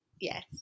Yes